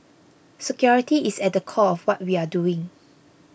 security is at the core of what we are doing